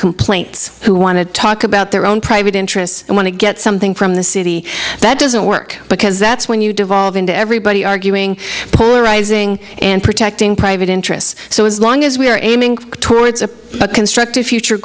complaints who want to talk about their own private interests and want to get something from the city that doesn't work because that's when you devolve into everybody arguing polarizing and protecting private interests so as long as we are aiming towards a constructive future